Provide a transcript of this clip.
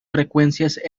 frecuencias